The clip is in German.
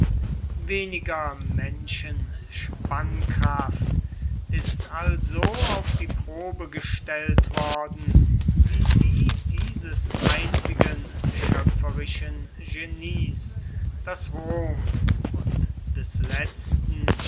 weniger menschen spannkraft ist also auf die probe gestellt worden wie die dieses einzigen schöpferischen genies das rom und des letzten